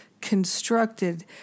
constructed